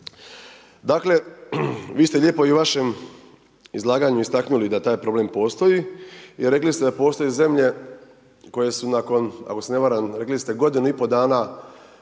Dakle, vi ste lijepo i u vašem izlaganju istaknuli da taj problem postoji i rekli ste da postoje zemlje koje su nakon, ako se ne varam rekli ste godinu i pol dana